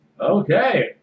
Okay